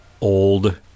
old